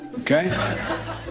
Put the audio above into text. okay